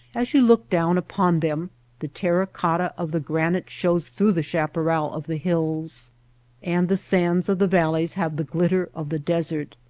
as you look down upon them the terra-cotta of the granite shows through the chaparral of the hills and the sands of the valleys have the glitter of the desert.